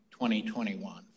2021